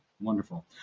Wonderful